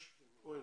יש או אין?